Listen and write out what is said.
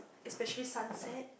especially sunset